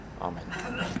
Amen